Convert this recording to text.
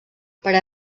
per